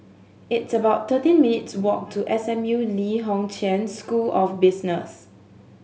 it's about thirteen minutes' walk to S M U Lee Kong Chian School of Business